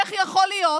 איך יכול להיות